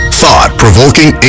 thought-provoking